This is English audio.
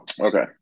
Okay